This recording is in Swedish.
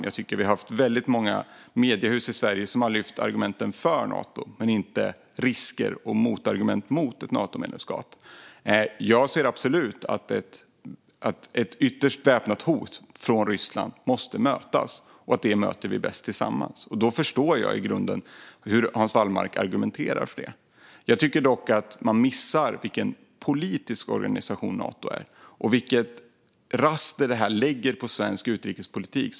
Jag tycker att det är väldigt många mediehus i Sverige som har lyft argumenten för Nato men inte risker och argument mot ett Natomedlemskap. Jag ser absolut att ett väpnat hot, ytterst, från Ryssland måste mötas och att vi möter det bäst tillsammans. Därför förstår jag i grunden hur Hans Wallmark argumenterar för det. Jag tycker dock att man missar vilken politisk organisation Nato är och vilket raster detta lägger på svensk utrikespolitik.